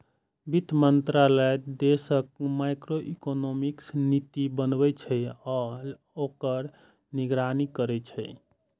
वित्त मंत्रालय देशक मैक्रोइकोनॉमिक नीति बनबै छै आ ओकर निगरानी करै छै